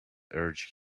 urged